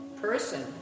person